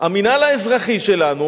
המינהל האזרחי שלנו